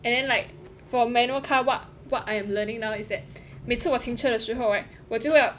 and then like for manual car what what I am learning now is that 每次我停车的时候 right 我就